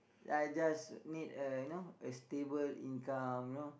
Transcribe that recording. I just need a you know a stable income you know